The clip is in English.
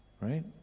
Right